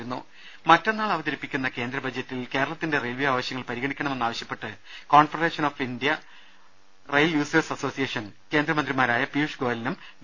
രുര മറ്റന്നാൾ അവതരിപ്പിക്കുന്ന കേന്ദ്ര ബജറ്റിൽ കേരളത്തിന്റെ റെയിൽവെ ആവശ്യങ്ങൾ പരിഗണിക്കണമെന്നാവശ്യപ്പെട്ട് confederation of all India rail users association കേന്ദ്രമന്ത്രിമാരായ പീയുഷ് ഗോയലിനും വി